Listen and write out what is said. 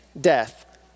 death